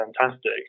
fantastic